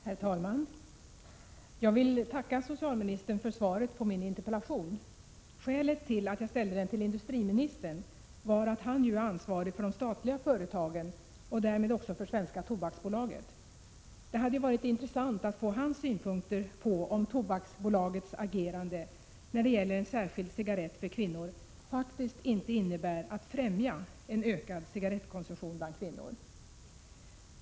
Herr talman! Jag vill tacka socialministern för svaret på min interpellation. Skälet till att jag ställde den till industriministern var att han ju är ansvarig för de statliga företagen och därmed också för Svenska Tobaksbolaget. Det hade ju varit intressant att få hans synpunkter på om Tobaksbolagets agerande när det gäller en särskild cigarett för kvinnor faktiskt inte innebär att främja en ökad cigarettkonsumtion bland kvinnor.